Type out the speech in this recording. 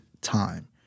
time